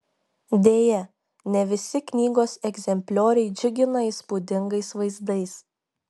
deja ne visi knygos egzemplioriai džiugina įspūdingais vaizdais